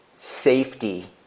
safety